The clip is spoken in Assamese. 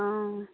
অঁ